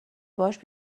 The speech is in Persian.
باهاش